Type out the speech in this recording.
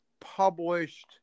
published